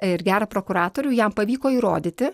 ir gera prokuratorių jam pavyko įrodyti